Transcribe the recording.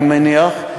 אני מניח,